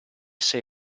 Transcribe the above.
sei